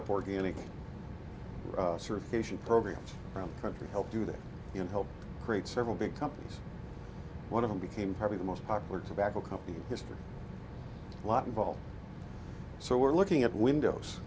up organic certification programs around the country to help do that and helped create several big companies one of them became probably the most popular tobacco company history a lot involved so we're looking at windows